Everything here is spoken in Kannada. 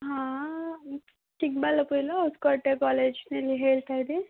ಹಾಂ ಚಿಕ್ಕಬಳ್ಳಾಪುರಲ್ಲೋ ಹೊಸ್ಕೋಟೆ ಕಾಲೇಜ್ನಲ್ಲಿ ಹೇಳ್ತಾ ಇದೆ